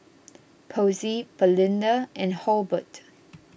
Posey Belinda and Halbert